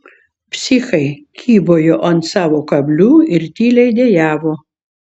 psichai kybojo ant savo kablių ir tyliai dejavo